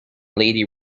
lady